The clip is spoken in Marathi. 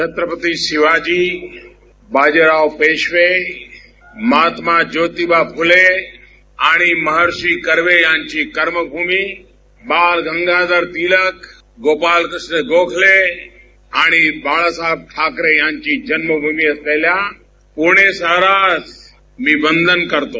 छत्रपती शिवाजी बाजीराव पेशवे महात्मा जोतीबा फ़ले आणि महर्षी कर्वे यांची कर्मभूमी बाळ गंगाधर टिळक गोपाळ कृष्ण गोखले आणि बाळासाहेब ठाकरे यांची जन्मभूमी असलेल्या पुणे शहरास मी वदन करतो